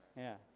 yeah,